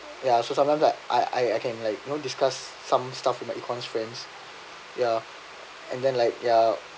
ya so sometimes I I I can like you know discuss some stuff with my econs friends ya and then like ya